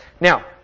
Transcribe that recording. Now